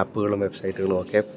ആപ്പുകളും വെബ്സൈറ്റുകളും ഒക്കെ